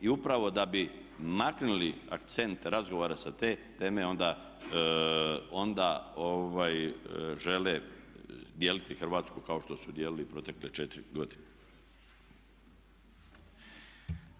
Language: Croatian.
I upravo da bi maknuli akcent razgovara sa te teme onda žele dijeliti Hrvatsku kao što su dijelili i u protekle 4 godine.